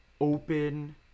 open